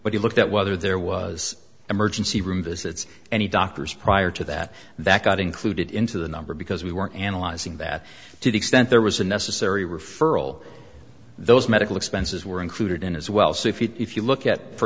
but he looked at whether there was emergency room visits any doctors prior to that that got included into the number because we were analyzing that to the extent there was a necessary referral those medical expenses were included in as well so if you if you look at for